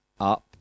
up